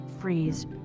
freeze